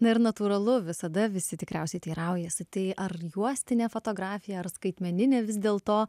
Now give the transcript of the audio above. na ir natūralu visada visi tikriausiai teiraujasi tai ar juostinė fotografija ar skaitmeninė vis dėl to